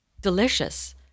Delicious